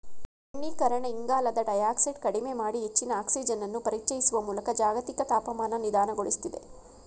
ಅರಣ್ಯೀಕರಣ ಇಂಗಾಲದ ಡೈಯಾಕ್ಸೈಡ್ ಕಡಿಮೆ ಮಾಡಿ ಹೆಚ್ಚಿನ ಆಕ್ಸಿಜನನ್ನು ಪರಿಚಯಿಸುವ ಮೂಲಕ ಜಾಗತಿಕ ತಾಪಮಾನ ನಿಧಾನಗೊಳಿಸ್ತದೆ